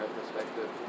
perspective